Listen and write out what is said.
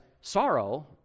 sorrow